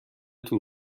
طول